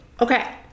Okay